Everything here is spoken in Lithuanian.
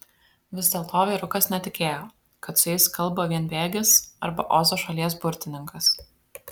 vis dėlto vyrukas netikėjo kad su jais kalba vienbėgis arba ozo šalies burtininkas